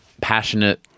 passionate